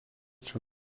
čia